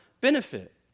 benefit